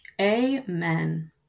Amen